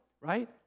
right